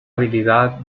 habilidad